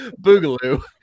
boogaloo